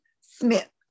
Smith